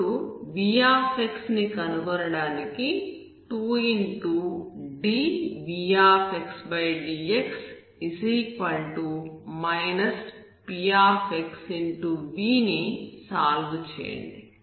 ఇప్పుడు v ని కనుగొనడానికి 2dvxdx pv ని సాల్వ్ చేయండి